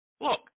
Look